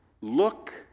look